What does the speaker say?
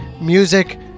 music